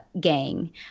gang